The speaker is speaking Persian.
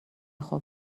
خوب